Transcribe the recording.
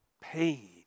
pain